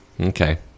Okay